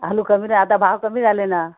आलू कमी द्या आता भाव कमी झाले ना